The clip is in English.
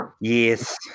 Yes